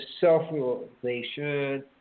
self-realization